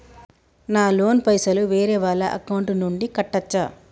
నా లోన్ పైసలు వేరే వాళ్ల అకౌంట్ నుండి కట్టచ్చా?